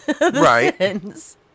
Right